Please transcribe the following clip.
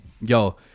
yo